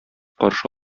каршы